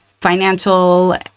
financial